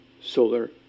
solar